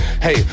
Hey